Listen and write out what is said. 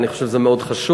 אני חושב שזה מאוד חשוב.